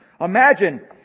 Imagine